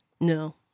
No